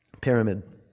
Pyramid